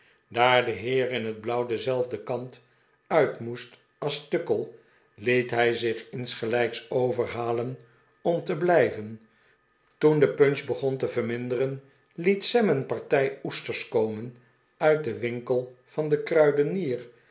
daar de heer in het blauw denzelfden kant uit moest als t uckle liet hij zich insgelijks overhalen om te blijven toen de punch begon te verminderen liet sam een partij oesters komen uit den winkel van den kruidenier